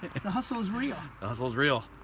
and the hustle is real. the hustle is real.